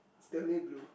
is definitely blue